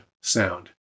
sound